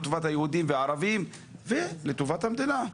לטובת הערבים והיהודים ולטובת המדינה.